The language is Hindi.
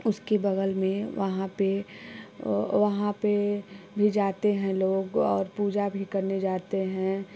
उसकी बगल में वहाँ पे वहाँ पे भी जाते हैं लोग और पूजा भी करने जाते हैं